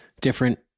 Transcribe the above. different